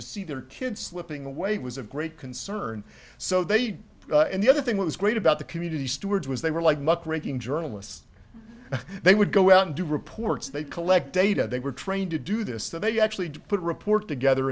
to see their kids slipping away was of great concern so they and the other thing was great about the community stewards was they were like muckraking journalists they would go out and do reports they collect data they were trained to do this they actually put report together